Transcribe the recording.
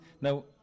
Now